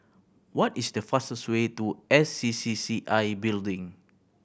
what is the fastest way to S C C C I Building